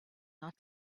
not